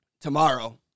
tomorrow